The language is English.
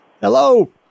Hello